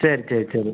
சரி சரி சரி